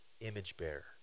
image-bearer